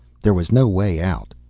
there was no way out.